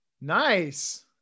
Nice